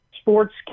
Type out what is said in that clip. sports